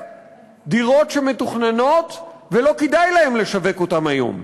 דירות שמתוכננות ולא כדאי להם לשווק אותן היום.